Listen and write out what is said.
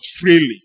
freely